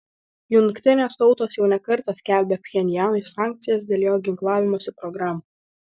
jungtinės tautos jau ne kartą skelbė pchenjanui sankcijas dėl jo ginklavimosi programų